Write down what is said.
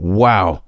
wow